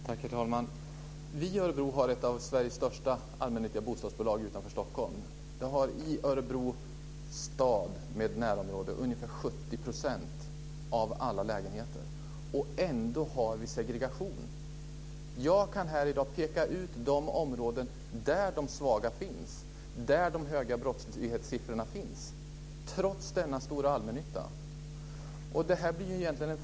Herr talman! Vi har i Örebro ett av Sveriges största allmännyttiga bostadsbolag utanför Stockholm. Det har ungefär 70 % av alla lägenheter i Örebro kommun med närområde, och ändå har vi segregation. Jag skulle kunna peka ut de områden där, trots denna allmännytta, de svaga finns och där vi har de höga brottslighetssiffrorna.